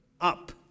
up